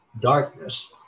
darkness